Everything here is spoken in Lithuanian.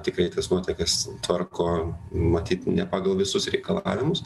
tikrai tas nuotekas tvarko matyt ne pagal visus reikalavimus